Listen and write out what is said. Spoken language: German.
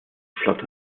flotte